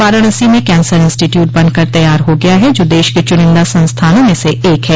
वाराणसी में cancer institute बन कर तैयार हो गया है जो देश के चूनिन्दा संस्थानों में से एक है